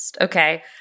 okay